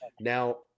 now